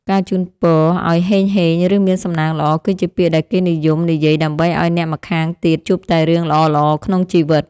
ការជូនពរឱ្យហេងហេងឬមានសំណាងល្អគឺជាពាក្យដែលគេនិយមនិយាយដើម្បីឱ្យអ្នកម្ខាងទៀតជួបតែរឿងល្អៗក្នុងជីវិត។